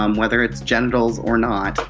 um whether it's genitals or not.